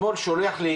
אתמול שלח לי